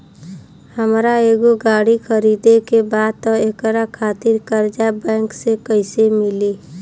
हमरा एगो गाड़ी खरीदे के बा त एकरा खातिर कर्जा बैंक से कईसे मिली?